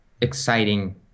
exciting